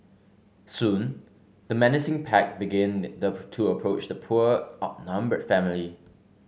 soon the menacing pack began to approach the poor outnumbered family